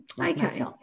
Okay